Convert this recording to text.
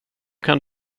kan